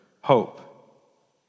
hope